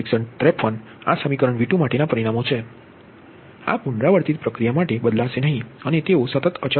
6153 તેથી આ સમીકરણ V2 માટેના પરિમાણો છે આ પુનરાવર્તિત પ્રક્રિયા માટે બદલાશે નહીં અને તેઓ સતત અચલ રહેશે